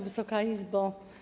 Wysoka Izbo!